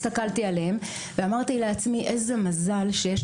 הסתכלתי עליהן ואמרתי לעצמי: איזה מזל שיש